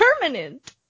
permanent